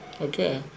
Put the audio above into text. okay